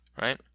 right